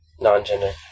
non-gender